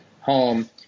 home